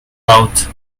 out